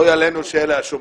אויה לנו שאלה השומרים.